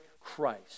Christ